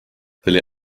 tuli